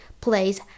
place